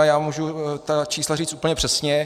Já můžu ta čísla říct úplně přesně.